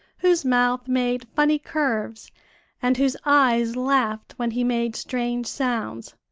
whose mouth made funny curves and whose eyes laughed when he made strange sounds.